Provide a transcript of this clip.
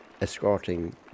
escorting